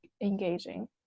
engaging